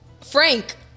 Frank